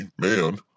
man